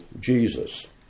Jesus